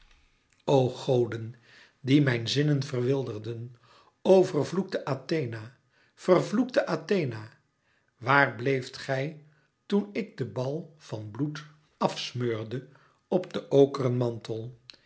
goden die mijn zinnen verwilderden o vervloekte athena vervloekte athena waar bleeft gij toen ik den bal van bloed àf smeurde op den okeren mantel